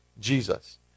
Jesus